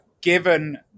given